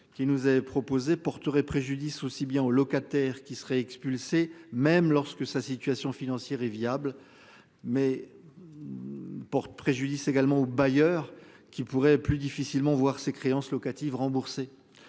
qui nous est proposé porterait préjudice aussi bien aux locataires qui seraient expulsés même lorsque sa situation financière est viable. Mais. Porte préjudice également aux bailleurs qui pourrait plus difficilement voir ses créances locative rembourser